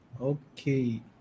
Okay